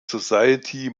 society